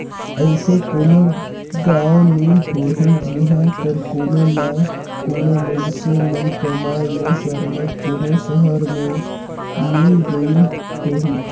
अइसे कोनो गाँव नी होही जिहां कर कोनो ना कोनो मइनसे मन कमाए ले सरलग कोनो सहर में नी गइन होहीं